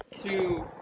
two